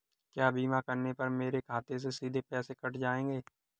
क्या बीमा करने पर मेरे खाते से सीधे पैसे कट जाएंगे?